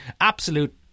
Absolute